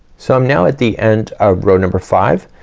so um now at the end of row number five,